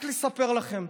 רק לספר לכם,